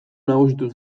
nagusitu